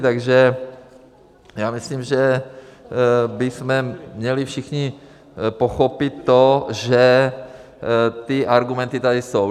Takže myslím, že bychom měli všichni pochopit to, že ty argumenty tady jsou.